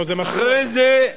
אחרי זה,